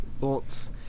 Thoughts